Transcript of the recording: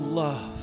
love